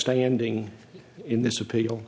standing in this appeal